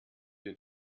den